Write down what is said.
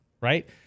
right